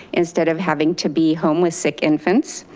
instead of having to be home with sick infants.